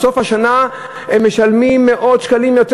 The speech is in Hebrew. בסוף השנה הם משלמים מאות שקלים יותר.